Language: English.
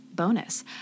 bonus